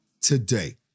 today